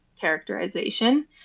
characterization